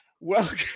Welcome